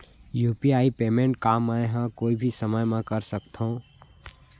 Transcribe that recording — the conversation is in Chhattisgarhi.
यू.पी.आई पेमेंट का मैं ह कोई भी समय म कर सकत हो?